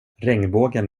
regnbågen